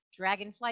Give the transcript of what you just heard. Dragonflight